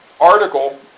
Article